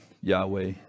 Yahweh